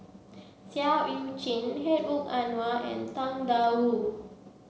Seah Eu Chin Hedwig Anuar and Tang Da Wu